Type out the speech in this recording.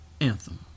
Anthem